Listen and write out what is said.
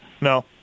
No